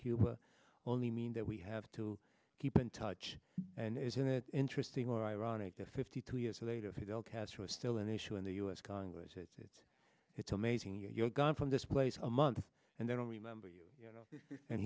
cuba only mean that we have to keep in touch and isn't it interesting or ironic that fifty two years later fidel castro is still an issue in the u s congress it's it's amazing you're gone from this place a month and they don't remember you you know and